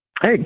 Hey